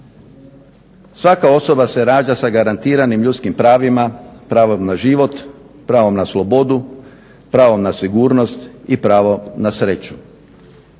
Svaka osoba se rađa sa garantiranim ljudskim pravima, pravom na život, pravom na slobodu, pravom na sigurnost i pravom na sreću